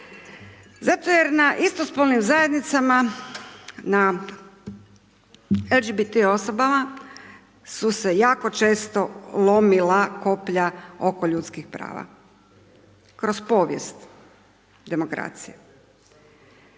Zato jer na istospolnim zajednicama, na LGBT osobama, su se jako često lomila koplja oko ljudskih prava, kroz povijest demokracije,